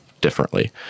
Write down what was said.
differently